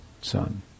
son